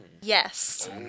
Yes